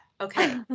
Okay